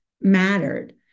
mattered